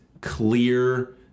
clear